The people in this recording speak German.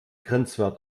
grenzwert